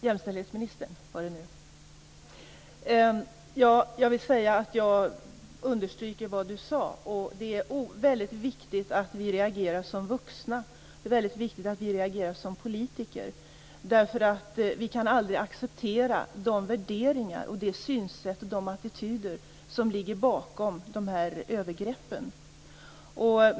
Herr talman! I den här frågan uttalar jag mig i min egenskap av jämställdhetsminister. Jag vill understryka det som Barbro Johansson sade. Det är väldigt viktigt att vi reagerar som vuxna och som politiker. Vi kan aldrig acceptera de värderingar, synsätt och attityder som ligger bakom dessa övergrepp.